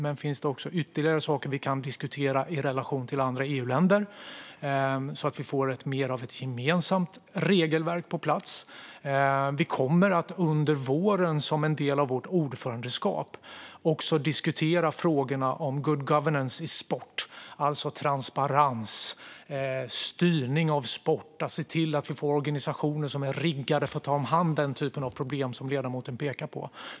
Men det finns ytterligare saker som vi kan diskutera i relation till andra EU-länder, så att vi får ett mer gemensamt regelverk på plats. Vi kommer under våren, som en del av vårt ordförandeskap, diskutera frågorna om good governance inom sport, alltså transparens och styrning av sport och att se till att vi får organisationer som är riggade för att ta hand om den typ av problem som ledamoten pekar på.